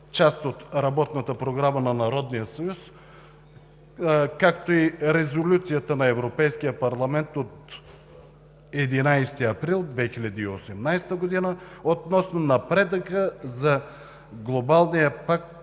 част от Работната програма на Народното събрание, както и Резолюцията на Европейския парламент от 11 април 2018 г. относно напредъка за Глобалния пакт